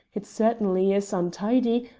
it certainly is untidy,